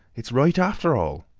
it's right, after all!